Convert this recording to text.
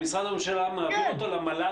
אם משרד ראש הממשלה מעביר אותו למל"ל